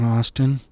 Austin